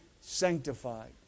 sanctified